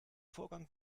vorgang